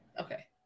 Okay